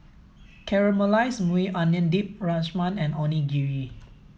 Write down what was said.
Caramelized Maui Onion Dip Rajma and Onigiri